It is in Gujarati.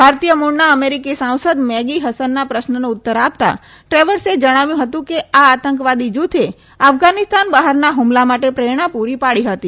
ભારતીય મૂળના અમેરિકી સાંસદ મેગી હસનના પ્રશ્નનો ઉત્તર આપતાં દ્રેવર્સે જણાવ્યું હતું કે આ આતંકવાદી જૂથે અફઘાનિસ્તાન બહારના હૂમલા માટે પ્રેરણા પૂરી પાડી હતી